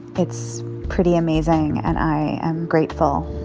it's pretty amazing, and i am grateful.